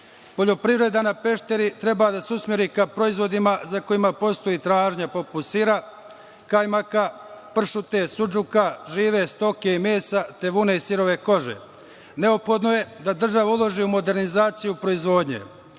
Poljopriveda na Pešteru treba da se usmeri ka proizvodima za kojima postoji tražnja poput sira, kajmaka, pršute, sudžuka, žive stoke i mesa, te vune i sirove kože. Neophodno je da država uloži u modernizaciju proizvodnje.